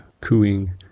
cooing